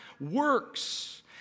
works